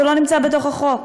זה לא נמצא בתוך החוק.